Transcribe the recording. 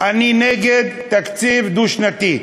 אני נגד תקציב דו-שנתי.